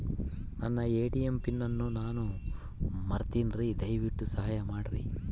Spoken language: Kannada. ನನ್ನ ಎ.ಟಿ.ಎಂ ಪಿನ್ ಅನ್ನು ನಾನು ಮರಿತಿನ್ರಿ, ದಯವಿಟ್ಟು ಸಹಾಯ ಮಾಡ್ರಿ